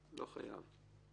לא חייב.